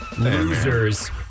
losers